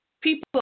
People